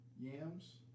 yams